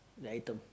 the item